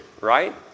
Right